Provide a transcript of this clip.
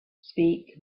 speak